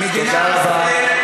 מדינת ישראל, תודה רבה.